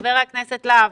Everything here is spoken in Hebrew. ח"כ להב,